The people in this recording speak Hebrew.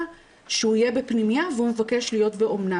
שהוא יהיה בפנימייה והוא מבקש להיות באומנה.